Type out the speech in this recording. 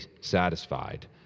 satisfied